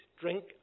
drink